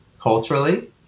culturally